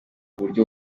buryo